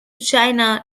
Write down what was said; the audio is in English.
china